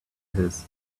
hers